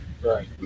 Right